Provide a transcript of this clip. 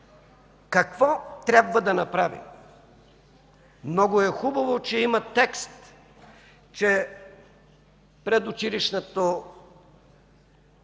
Какво трябва да направим? Много е хубаво, че има текст, че предучилищното